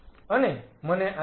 અને મને આની જરૂર છે